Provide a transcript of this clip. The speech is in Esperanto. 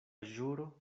ĵuro